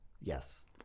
Yes